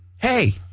Hey